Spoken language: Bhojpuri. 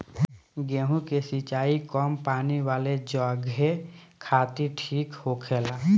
गेंहु के सिंचाई कम पानी वाला जघे खातिर ठीक होखेला